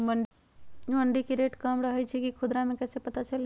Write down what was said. मंडी मे रेट कम रही छई कि खुदरा मे कैसे पता चली?